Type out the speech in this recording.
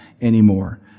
anymore